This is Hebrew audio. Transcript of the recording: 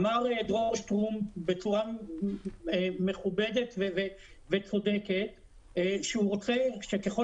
אמר דרור שטרום בצורה מכובדת וצודקת שככל